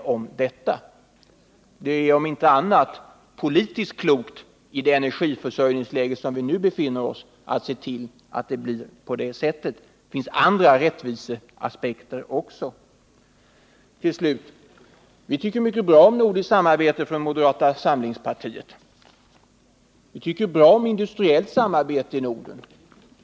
Det är om inte annat politiskt klokt, i det energiförsörjningsläge som vi nu befinner oss i, att se till att det blir på det sättet. Det finns även andra aspekter, bl.a. rättvisekrav. Till slut: Moderata samlingspartiet tycker mycket bra om nordiskt samarbete. Vi tycker bra om industriellt samarbete i Norden.